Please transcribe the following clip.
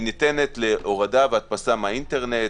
היא ניתנת להורדה והדפסה מהאינטרנט,